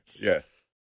Yes